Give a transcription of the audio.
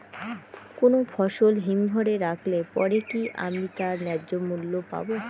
কোনো ফসল হিমঘর এ রাখলে পরে কি আমি তার ন্যায্য মূল্য পাব?